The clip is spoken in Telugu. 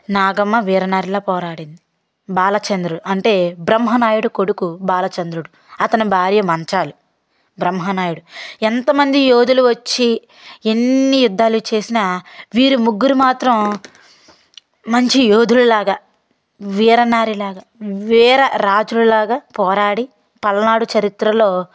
నాగమ్మ వీరనారిలా పోరాడింది బాలచంద్రుడు అంటే బ్రహ్మనాయుడు కొడుకు బాలచంద్రుడు అతను భార్య మంచాల బ్రహ్మనాయుడు ఎంత మంది యోధులు వచ్చి ఎన్ని యుద్ధాలు చేసినా వీరి ముగ్గురు మాత్రం మంచి యోధుల్లాగా వీరనారిలాగా వీర రాజుల లాగా పోరాడి పలనాడు చరిత్రలో